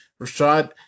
Rashad